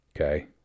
Okay